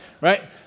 Right